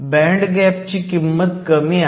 band gap ची किंमत कमी आहे